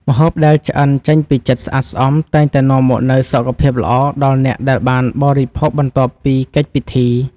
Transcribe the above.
ម្ហូបដែលឆ្អិនចេញពីចិត្តស្អាតស្អំតែងតែនាំមកនូវសុខភាពល្អដល់អ្នកដែលបានបរិភោគបន្ទាប់ពីកិច្ចពិធី។